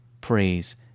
praise